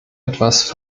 etwas